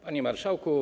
Panie Marszałku!